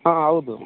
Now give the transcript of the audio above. ಹಾಂ ಹೌದು